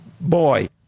boy